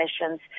emissions